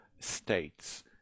states